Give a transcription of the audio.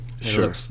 Sure